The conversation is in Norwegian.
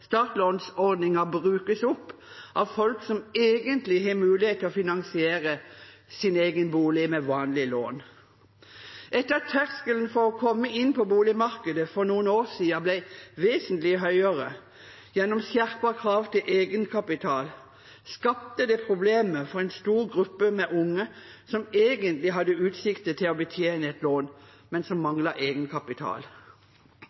startlånsordningen brukes opp av folk som egentlig har mulighet til å finansiere sin egen bolig med vanlig lån. Etter at terskelen for å komme inn på boligmarkedet for noen år siden ble vesentlig høyere gjennom skjerpet krav til egenkapitel, skapte det problemer for en stor gruppe med unge som egentlig hadde utsikter til å betjene et lån, men som